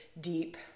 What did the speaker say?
deep